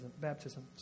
baptism